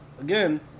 again